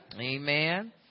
Amen